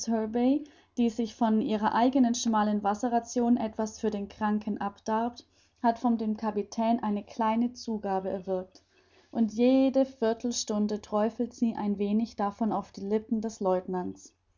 die sich von ihrer eigenen schmalen wasserration etwas für den kranken abdarbt hat von dem kapitän eine kleine zugabe erwirkt und jede viertelstunde träufelt sie ein wenig davon auf die lippen des lieutenants